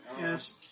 Yes